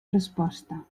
resposta